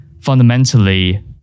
fundamentally